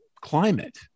climate